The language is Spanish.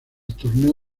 torneo